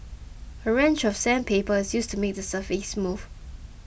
a range of sandpaper is used to make the surface smooth